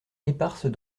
éparses